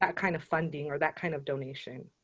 ah kind of funding or that kind of donation,